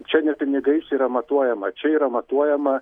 čia ne pinigais yra matuojama čia yra matuojama